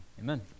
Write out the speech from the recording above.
Amen